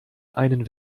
einen